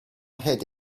head